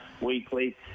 Weekly